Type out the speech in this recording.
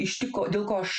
ištiko dėl ko aš